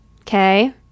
okay